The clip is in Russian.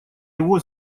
его